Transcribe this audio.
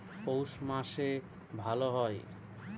পৌষ মাসে ভালো হয়?